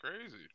crazy